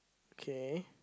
okay